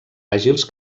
àgils